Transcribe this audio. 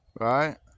right